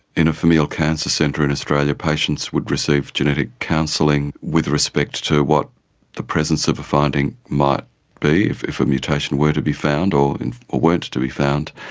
in a familial cancer centre in australia, patients would receive genetic counselling with respect to what the presence of a finding might be, if if a mutation were to be found or and weren't to be found,